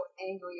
angry